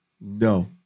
No